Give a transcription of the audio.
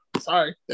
sorry